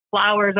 flowers